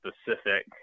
specific